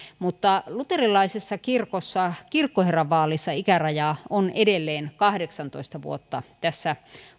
mutta luterilaisessa kirkossa kirkkoherran vaalissa ikäraja on edelleen kahdeksantoista vuotta tässä